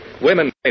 Women